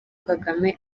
kagame